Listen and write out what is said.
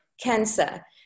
cancer